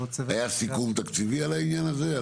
היה סיכום תקציבי על העניין הזה?